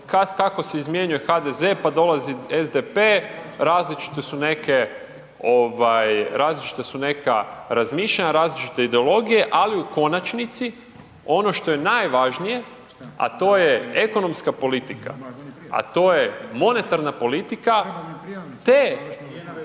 kako se izmjenjuje HDZ pa dolazi SDP različite su neke ovaj različita su neka razmišljanja, različite ideologije, ali u konačnici ono što je najvažnije, a to je ekonomska politika, a to je monetarna politika te